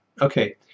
Okay